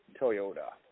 Toyota